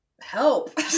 help